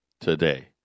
today